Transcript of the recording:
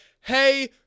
Hey